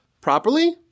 properly